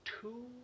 two